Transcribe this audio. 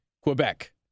Quebec